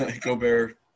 Gobert